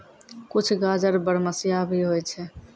कुछ गाजर बरमसिया भी होय छै